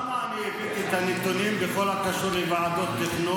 למה אני הבאתי את הנתונים בכל הקשור לוועדות תכנון?